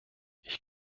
ich